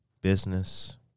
business